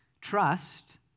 Trust